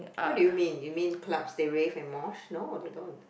what do you mean you mean club they rave and mosh no they don't